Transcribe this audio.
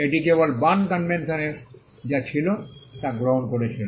এটি কেবল Bern convention এর যা ছিল তা গ্রহণ করেছিল